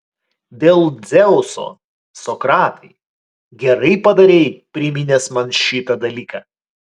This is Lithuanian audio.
dėl dzeuso sokratai gerai padarei priminęs man šitą dalyką